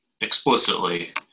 explicitly